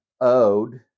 owed